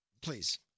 please